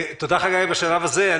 תודה חגי בשלב הזה.